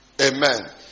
Amen